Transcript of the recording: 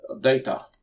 data